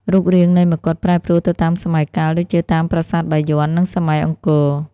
រូបរាងនៃមកុដប្រែប្រួលទៅតាមសម័យកាល ដូចជាតាមប្រាសាទបាយ័ន និងសម័យអង្គរវត្ត។